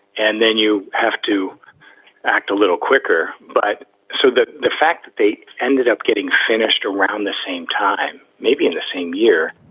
and then you have to act a little quicker. but so the the fact that they ended up getting finished around the same time, maybe in the same year,